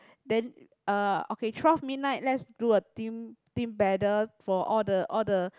then uh okay twelve midnight let's do a team team banner for all the all the